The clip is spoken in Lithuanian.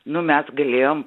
nu mes galėjom